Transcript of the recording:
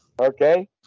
Okay